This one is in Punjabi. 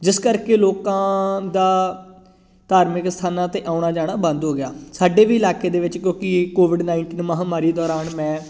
ਜਿਸ ਕਰਕੇ ਲੋਕਾਂ ਦਾ ਧਾਰਮਿਕ ਅਸਥਾਨਾਂ 'ਤੇ ਆਉਣਾ ਜਾਣਾ ਬੰਦ ਹੋ ਗਿਆ ਸਾਡੇ ਵੀ ਇਲਾਕੇ ਦੇ ਵਿੱਚ ਕਿਉਂਕਿ ਕੋਵਿਡ ਨਾਈਨਟੀਨ ਮਹਾਂਮਾਰੀ ਦੌਰਾਨ ਮੈਂ